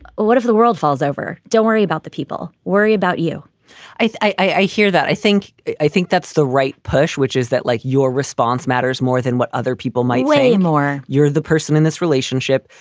what if the world falls over? don't worry about the people. worry about you i i hear that. i think i think that's the right push, which is that like your response matters more than what other people might weigh more. you're the person in this relationship.